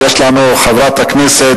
יש לנו גם את חברת הכנסת